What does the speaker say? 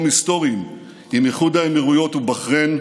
היסטוריים עם איחוד האמירויות ובחריין,